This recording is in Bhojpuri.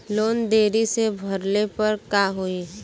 लोन देरी से भरले पर का होई?